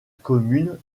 commune